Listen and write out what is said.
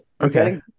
Okay